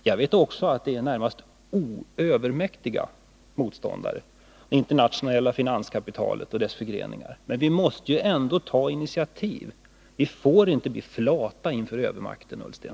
Jag vet också att man har närmast övermäktiga motståndare: det internationella finanskapitalet och dess förgreningar. Men vi måste ändå ta initiativ! Vi får inte bli flata inför övermakten, Ola Ullsten.